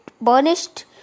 burnished